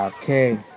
Okay